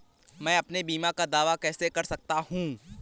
मैं अपने बीमा का दावा कैसे कर सकता हूँ?